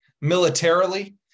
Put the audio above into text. Militarily